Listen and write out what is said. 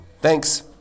Thanks